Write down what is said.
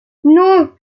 non